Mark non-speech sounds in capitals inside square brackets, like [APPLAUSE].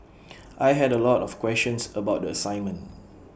[NOISE] I had A lot of questions about the assignment